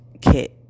Kit